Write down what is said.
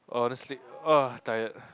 I wanna sleep tired